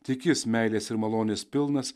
tik jis meilės ir malonės pilnas